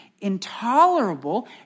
intolerable